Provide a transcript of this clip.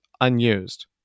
unused